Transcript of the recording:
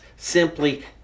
simply